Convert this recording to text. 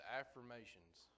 affirmations